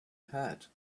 had